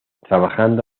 trabajando